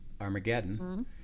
armageddon